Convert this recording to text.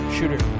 Shooter